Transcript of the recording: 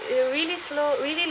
it really slow really